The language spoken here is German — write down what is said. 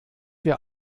wir